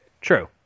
true